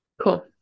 Cool